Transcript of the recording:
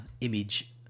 image